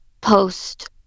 post